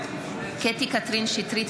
קטי קטרין שטרית,